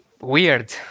weird